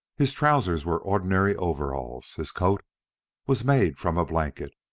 his trousers were ordinary overalls, his coat was made from a blanket.